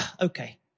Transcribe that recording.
okay